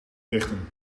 richten